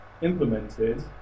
implemented